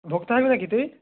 ভোক্তা হবি না কি তুই